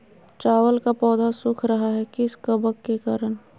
चावल का पौधा सुख रहा है किस कबक के करण?